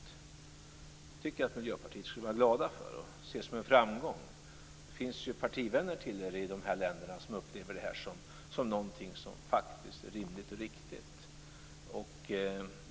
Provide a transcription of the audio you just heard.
Det tycker jag att Miljöpartiet borde vara glada för och se som en framgång. Det finns ju partivänner till er i de här länderna som upplever det här som något som faktiskt är rimligt och riktigt.